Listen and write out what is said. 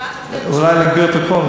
אולי להגביר את הקול,